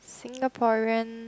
Singaporean